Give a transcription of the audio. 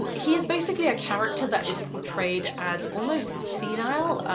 he is basically a character that is portrayed as almost senile,